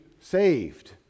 saved